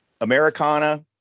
Americana